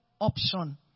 option